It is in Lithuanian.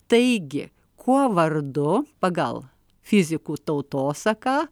taigi kuo vardu pagal fizikų tautosaką